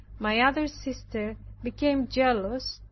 my other sister became jealous,